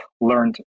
learned